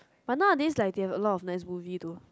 but nowadays like there are a lot of nice movies though